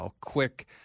quick